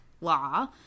law